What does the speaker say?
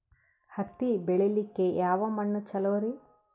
ಹತ್ತಿ ಬೆಳಿಲಿಕ್ಕೆ ಯಾವ ಮಣ್ಣು ಚಲೋರಿ?